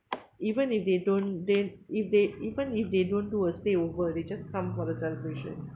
even if they don't then if they even if they don't do a stay over they just come for the celebration